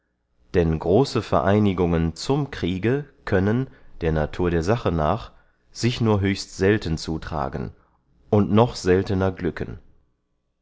denn große vereinigungen zum kriege können der natur der sache nach sich nur höchst selten zutragen und noch seltener glücken